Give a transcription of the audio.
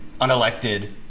unelected